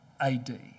AD